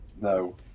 No